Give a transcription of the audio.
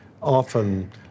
often